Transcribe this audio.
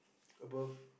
above